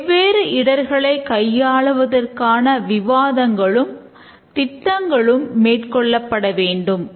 வெவ்வேறு இடர்களை கையாளுவதற்கான விவாதங்களும் திட்டங்களும் மேற்கொள்ளப்பட வேண்டும்